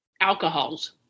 alcohols